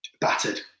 battered